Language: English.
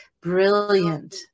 brilliant